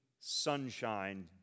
sunshine